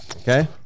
Okay